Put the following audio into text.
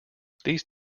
these